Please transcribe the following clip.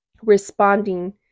responding